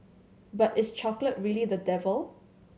but is chocolate really the devil